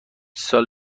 سال